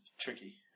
tricky